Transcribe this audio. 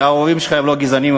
שההורים שלך לא גזענים,